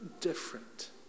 different